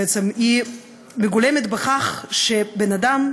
בעצם מגולמת בכך שבן-אדם,